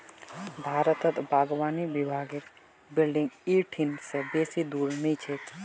भारतत बागवानी विभागेर बिल्डिंग इ ठिन से बेसी दूर नी छेक